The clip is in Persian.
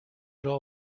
راه